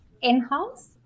in-house